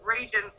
region